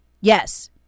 Yes